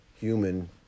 human